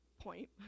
point